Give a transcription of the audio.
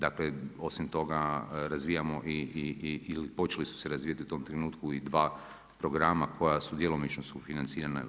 Dakle osim toga razvijamo i, ili počeli su se razvijati u tom trenutku i dva programa koja su djelomično sufinancirana.